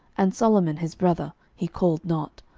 and solomon his brother, he called not.